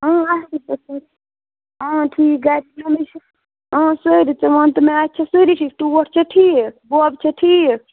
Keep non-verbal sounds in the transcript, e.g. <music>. اۭں اَصٕل پٲٹھۍ <unintelligible> اۭں ٹھیٖک گَرِ <unintelligible> مےٚ چھِ اۭں سٲری ژٕ وَن تہٕ مےٚ اَتہِ چھےٚ سٲری ٹھیٖک ٹوٹھ چھا ٹھیٖک بوبہٕ چھا ٹھیٖک